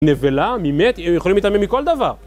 נבלה, מי מת, הם יכולים להתאמן מכל דבר.